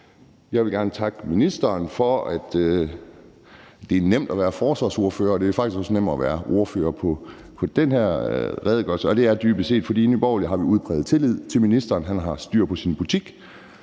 Jeg vil gerne takke ministeren for, at det er nemt at være forsvarsordfører, og at det faktisk også er nemt at være ordfører i forhold til den her redegørelse. Det er dybest set, fordi vi i Nye Borgerlige har udpræget tillid til ministeren. Han har styr på sin butik.